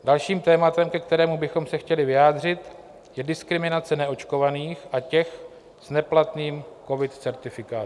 Dalším tématem, ke kterému bychom se chtěli vyjádřit, je diskriminace neočkovaných a těch s neplatným covid certifikátem.